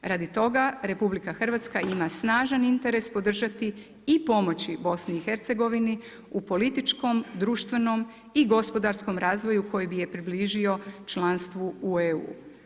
Radi toga RH, ima snažan interes podržati i pomoći BIH u političkom, društvenom i gospodarskom razvoju koji bi je približio članstvu u EU.